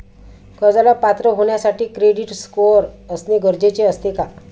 कर्जाला पात्र होण्यासाठी क्रेडिट स्कोअर असणे गरजेचे असते का?